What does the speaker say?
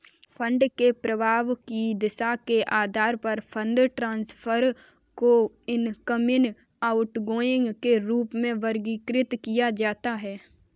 fund के प्रवाह की दिशा के आधार पर फंड ट्रांसफर को इनकमिंग, आउटगोइंग के रूप में वर्गीकृत किया जाता है